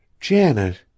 Janet